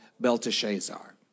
Belteshazzar